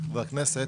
חבר הכנסת,